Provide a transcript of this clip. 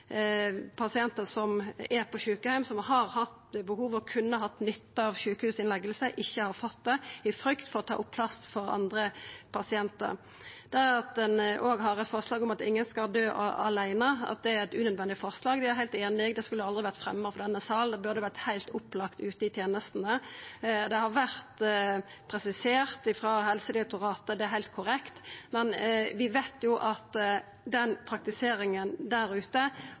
pasientar som er på sjukeheim, og som har hatt behov for og kunne hatt nytte av sjukehusinnlegging, ikkje har fått det fordi ein har frykta at dei kunne ta opp plass for andre pasientar. Vi har òg eit forslag om at ingen skal døy åleine, og det blir sagt at det er eit unødvendig forslag: Eg er heilt einig – det skulle aldri vore fremja i denne salen, det burde vore heilt opplagt ute i tenestene. Det har vore presisert frå Helsedirektoratet, det er heilt korrekt, men vi veit jo at praktiseringa der ute